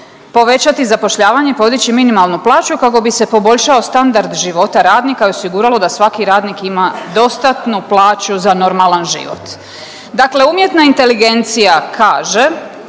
povećati zapošljavanje, podići minimalnu plaću kako bi se poboljšao standard života radnika i osiguralo da svaki radnik ima dostatnu plaću za normalan život. Dakle, umjetna inteligencija kaže